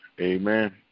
Amen